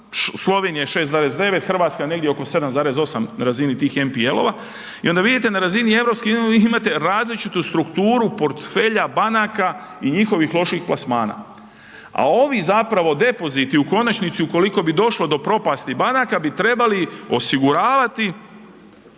Slovenija 6,9, Hrvatska negdje oko 7,8 razini tih MPL-ove i onda vidite na razini europski, imate različitu strukturu portfelja banaka i njihovih loših plasmana, a ovi zapravo depoziti u konačnici, ukoliko bi došlo do propasti banaka bi trebali osiguravati